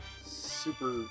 super